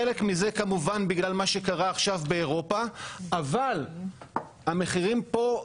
חלק מזה כמובן בגלל מה שקרה עכשיו באירופה אבל המחירים פה,